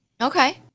Okay